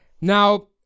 Now